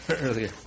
earlier